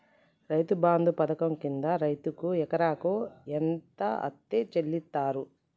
రైతు బంధు పథకం కింద రైతుకు ఎకరాకు ఎంత అత్తే చెల్లిస్తరు?